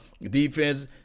defense